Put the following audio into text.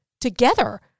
together